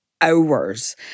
hours